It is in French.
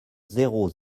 zéro